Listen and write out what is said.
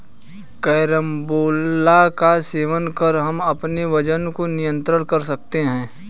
carambola का सेवन कर हम अपने वजन को नियंत्रित कर सकते हैं